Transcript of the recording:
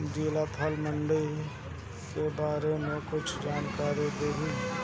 जिला फल मंडी के बारे में कुछ जानकारी देहीं?